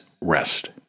rest